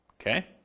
Okay